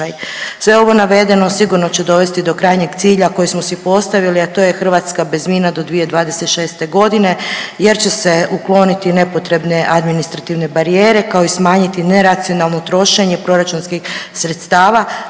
Sve ovo navedeno sigurno će dovesti do krajnjeg cilja koji smo si postavili, a to je Hrvatska bez mina do 2026. g. jer će se ukloniti nepotrebne administrativne barijere, kao i smanjiti neracionalno trošenje proračunskih sredstava,